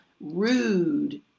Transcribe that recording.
rude